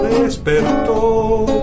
...despertó